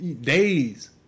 days